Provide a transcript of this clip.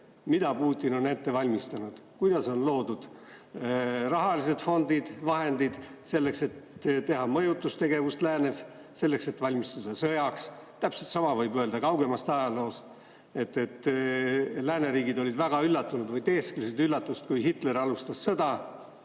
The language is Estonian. – Putin on ette valmistanud, kuidas on loodud rahalised fondid, vahendid, selleks et teha mõjutustegevust läänes, selleks et valmistuda sõjaks. Täpselt sama võib öelda kaugemast ajaloost. Lääneriigid olid väga üllatunud või teesklesid üllatust, kui Hitler alustas sõda.